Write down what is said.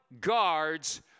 guards